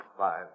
Five